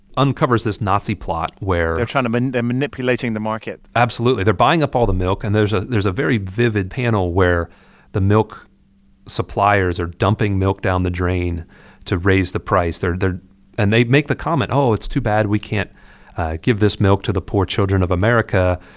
uncovers this nazi plot where. they're trying to um and they're manipulating the market absolutely. they're buying up all the milk. and there's ah there's a very vivid panel where the milk suppliers are dumping milk down the drain to raise the price. they're they're and they make the comment, oh, it's too bad we can't give this milk to the poor children of america.